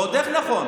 ועוד איך נכון.